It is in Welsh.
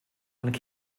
ond